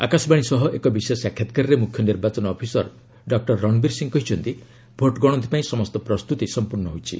ଆକାଶବାଣୀ ସହ ଏକ ବିଶେଷ ସାକ୍ଷାତକାରରେ ମୁଖ୍ୟ ନିର୍ବାଚନ ଅଫିସର ଡକ୍ଟର ରଣବୀର ସିଂହ କହିଛନ୍ତି ଭୋଟ ଗଣତି ପାଇଁ ସମସ୍ତ ପ୍ରସ୍ତୁତି ସମ୍ପର୍ଶ୍ଣ ହୋଇଛି